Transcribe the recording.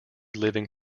living